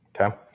Okay